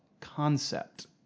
concept